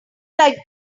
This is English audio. like